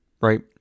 Right